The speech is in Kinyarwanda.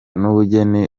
n’ubugeni